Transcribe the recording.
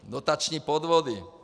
Dotační podvody.